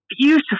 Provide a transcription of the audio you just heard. beautiful